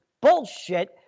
bullshit